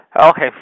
Okay